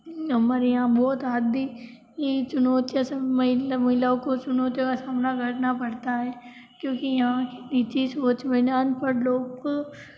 हमारे यहाँ बहुत आदि चुनौतियाँ सब महिला महिलाओं को चुनौतियों का सामना करना पड़ता है क्योंकि यहाँ नीची सोच में ना अनपढ़ लोग को